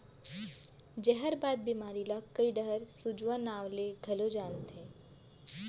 जहरबाद बेमारी ल कइ डहर सूजवा नांव ले घलौ जानथें